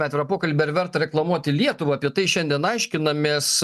atvirą pokalbį ar verta reklamuoti lietuvą apie tai šiandien aiškinamės